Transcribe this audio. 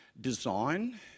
design